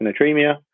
hyponatremia